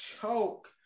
choke